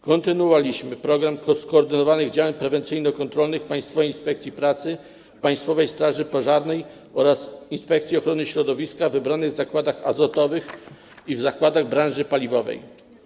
Kontynuowaliśmy program skoordynowanych działań prewencyjno-kontrolnych Państwowej Inspekcji Pracy, Państwowej Straży Pożarnej oraz Inspekcji Ochrony Środowiska w wybranych zakładach azotowych i w zakładach branży paliwowej.